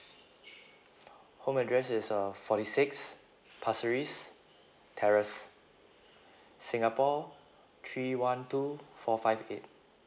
home address is uh forty six pasir ris terrace singapore three one two four five eight